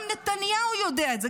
גם נתניהו יודע את זה,